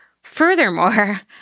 Furthermore